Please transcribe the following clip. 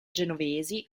genovesi